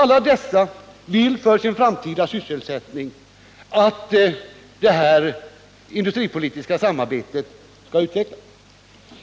Alla dessa vill med tanke på sin framtida sysselsättning att det här industripolitiska samarbetet skall utvecklas.